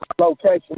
location